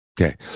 Okay